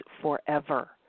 forever